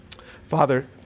Father